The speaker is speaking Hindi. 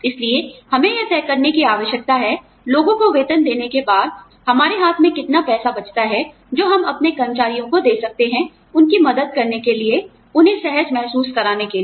इसलिए हमें यह तय करने की आवश्यकता है लोगों को वेतन देने के बाद हमारे हाथ में कितना पैसा बचता है जो हम अपने कर्मचारियों को दे सकते हैं उनकी मदद करने के लिए उन्हें सहज महसूस कराने के लिए